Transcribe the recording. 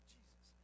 Jesus